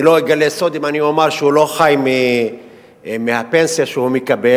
אני לא אגלה סוד אם אני אומר שהוא לא חי מהפנסיה שהוא מקבל,